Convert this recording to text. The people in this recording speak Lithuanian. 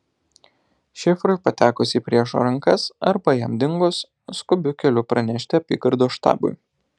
šifrui patekus į priešo rankas arba jam dingus skubiu keliu pranešti apygardos štabui